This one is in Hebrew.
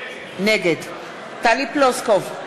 נגד טלי פלוסקוב,